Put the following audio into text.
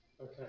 Okay